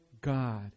God